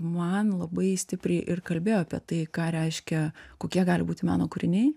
man labai stipriai ir kalbėjo apie tai ką reiškia kokie gali būt meno kūriniai